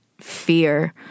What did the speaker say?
fear